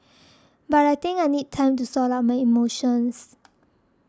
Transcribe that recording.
but I think I need time to sort out my emotions